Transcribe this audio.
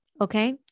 Okay